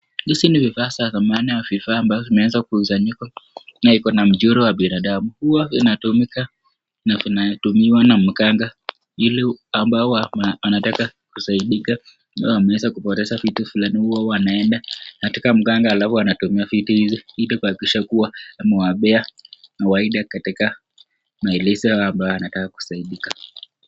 Hivi ni vifaa za zamani ambavyo vimeanza kukusanyiko na iko na mchoro wa binadamu. Huwa inatumika na inatumiwa na mganga ile ambao wanataka kusaidika ambao wameweza kupoteza vitu fulani huwa wanaenda katika mganga alafu anatumia vitu hizi ili kuhakikisha kuwa amewapea mawaidha katika maelezo ambayo anataka kusaidika.